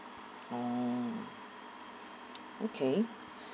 oh okay